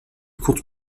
compte